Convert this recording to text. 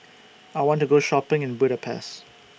I want to Go Shopping in Budapest